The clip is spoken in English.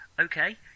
Okay